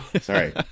sorry